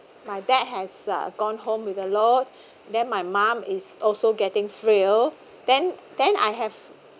my dad has uh gone home with a then my mom is also getting thrilled then then I have